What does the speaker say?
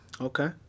Okay